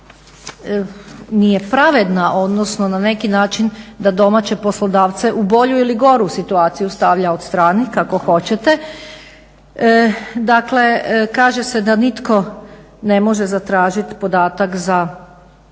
nije pravedna odnosno da na neki način domaće poslodavce u bolju ili goru situaciju stavlja … kako hoćete. Dakle kaže se da nitko ne može zatražiti podatak o svome